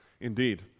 Indeed